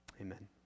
Amen